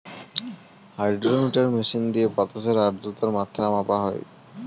hydrometer machine দিয়ে বাতাসের আদ্রতার মাত্রা মাপা হয়